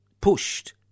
pushed